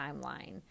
timeline